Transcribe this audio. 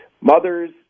mothers